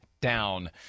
down